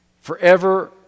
forever